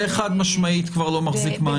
זה חד משמעית כבר לא מחזיק מים.